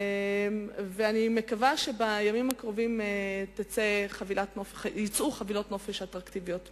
אני מקווה שבימים הקרובים יצאו חבילות נופש אטרקטיביות מאוד.